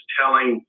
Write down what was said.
telling